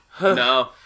No